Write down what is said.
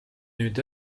nüüd